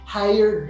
higher